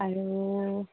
আৰু